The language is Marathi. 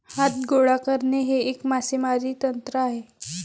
हात गोळा करणे हे एक मासेमारी तंत्र आहे